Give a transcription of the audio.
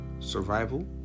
Survival